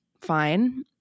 fine